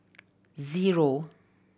zero